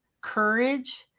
courage